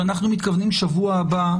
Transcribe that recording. שאנחנו מתכוונים בשבוע הבא,